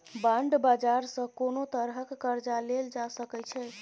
bond बाजार सँ कोनो तरहक कर्जा लेल जा सकै छै